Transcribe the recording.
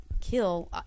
kill